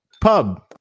pub